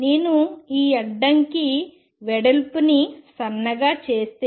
నేను ఈ అడ్డంకి వెడల్పుని సన్నగా చేస్తే